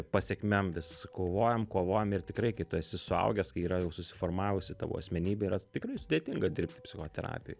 pasekmėm vis kovojam kovojam ir tikrai kai tu esi suaugęs kai yra jau susiformavusi tavo asmenybė yra tikrai sudėtinga dirbti psichoterapijoj